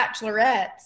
Bachelorettes